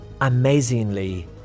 Amazingly